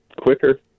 quicker